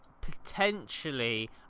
potentially